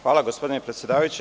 Hvala, gospodine predsedavajući.